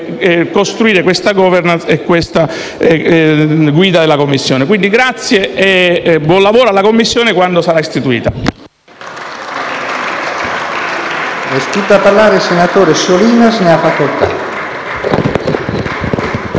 costruire questa *governance* e questa guida della Commissione. Grazie e buon lavoro alla Commissione, quando sarà istituita.